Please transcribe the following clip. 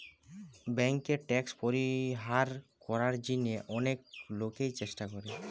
বেঙ্কে ট্যাক্স পরিহার করার জিনে অনেক লোকই চেষ্টা করে